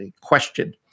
question